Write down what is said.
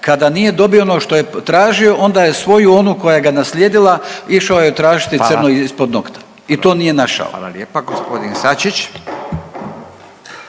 kada nije dobio ono što je tražio, onda je svoju onu koja ga je naslijedila išao joj tražiti crno ispod nokta. .../Upadica: Hvala. Hvala lijepa./... i